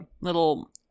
little